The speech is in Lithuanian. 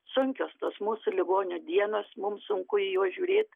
sunkios tos mūsų ligonio dienos mums sunku į juos žiūrėt